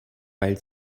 weil